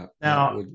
Now